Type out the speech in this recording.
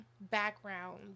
background